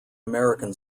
american